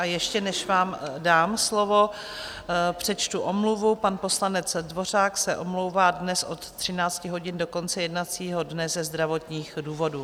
A ještě než vám dám slovo, přečtu omluvu, pan poslanec Dvořák se omlouvá dnes od 13 hodin do konce jednacího dne ze zdravotních důvodů.